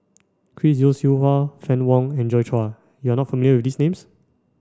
Chris Yeo Siew Hua Fann Wong and Joi Chua you are not familiar with these names